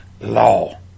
law